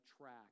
track